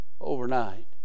overnight